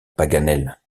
paganel